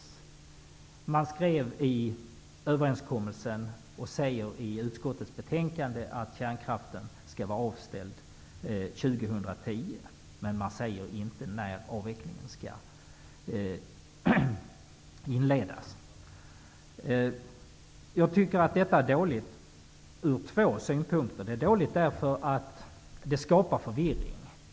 I överenskommelsen och i utskottets betänkande står det att kärnkraften skall vara avvecklad 2010. Men det framgår inte när avvecklingen skall inledas. Jag tycker att detta är dåligt från två synpunkter. Det är dåligt därför att det skapar förvirring.